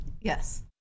Yes